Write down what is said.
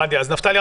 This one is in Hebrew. נפתלי,